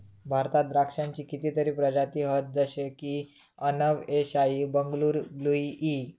भारतात द्राक्षांची कितीतरी प्रजाती हत जशे की अनब ए शाही, बंगलूर ब्लू ई